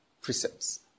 Precepts